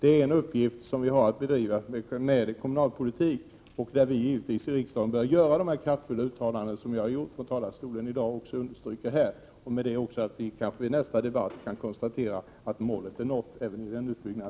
Det är en uppgift som vi har inom ramen för kommunalpolitiken. Vi bör givetvis i riksdagen göra de kraftfulla uttalanden som i dag har förts fram från denna talarstol, och jag vill understryka dessa. Det kan kanske leda till att vi när frågan debatteras nästa gång kan konstatera att målet är nått även för denna utbyggnad.